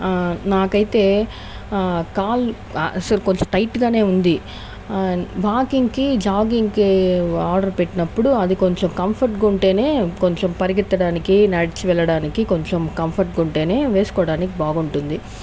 నాకైతే కాల్ సరే కొంచం టైట్ గానే ఉంది వాకింగ్ కి జాగింగ్ కి ఆర్డర్ పెట్టినప్పుడు అది కొంచెం కంఫర్ట్ గా ఉంటేనే కొంచెం పరిగెత్తడానికి నడిచి వెళ్లడానికి కొంచెం కంఫర్ట్ గా ఉంటేనే వేసుకోవడానికి బాగుంటుంది